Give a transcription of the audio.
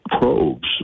probes